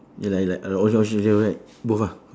ya lah it like uh orange orange and yellow right both ah